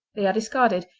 they are discarded,